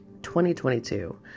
2022